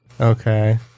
Okay